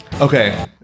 Okay